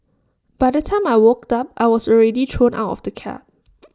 by the time I woke up I was already thrown out of the cab